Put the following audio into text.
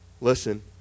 Listen